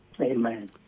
Amen